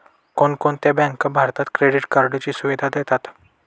कोणकोणत्या बँका भारतात क्रेडिट कार्डची सुविधा देतात?